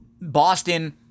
Boston